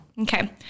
Okay